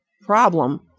Problem